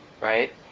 right